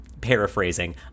paraphrasing